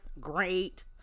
great